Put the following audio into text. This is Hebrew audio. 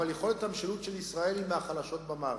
אבל יכולת המשילות של ישראל היא מהחלשות במערב.